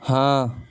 ہاں